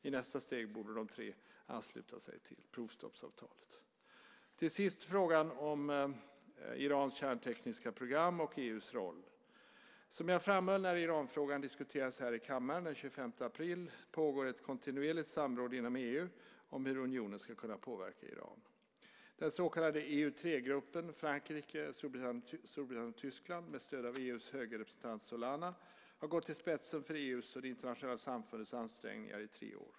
I nästa steg borde de tre ansluta sig till provstoppsavtalet. Till sist frågan om Irans kärntekniska program och EU:s roll. Som jag framhöll när Iranfrågan diskuterades här i kammaren den 25 april pågår ett kontinuerligt samråd inom EU om hur unionen ska kunna påverka Iran. Den så kallade EU-3-gruppen - Frankrike, Storbritannien och Tyskland - med stöd av EU:s höge representant Solana har gått i spetsen för EU:s och det internationella samfundets ansträngningar i tre år.